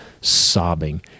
sobbing